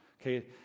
okay